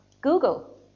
Google